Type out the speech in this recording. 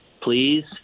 please